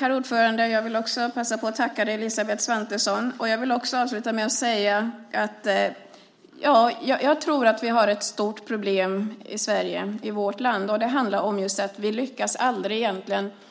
Herr talman! Jag vill passa på att tacka Elisabeth Svantesson. Låt mig avsluta med att säga att jag tror att vi har ett stort problem i Sverige. Det handlar om att vi aldrig egentligen lyckats